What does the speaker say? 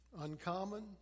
uncommon